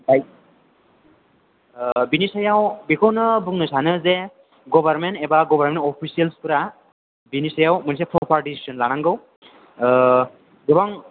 ओमफ्राय बेनि सायाव बेखौनो बुंनो सानो जे गभरमेन्ट एबा गबारमेन अफिसियेल्सफोरा बेनि सायाव मोनसे प्रपार दिसिसन लानांगौ गोबां